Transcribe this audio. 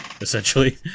essentially